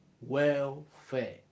Welfare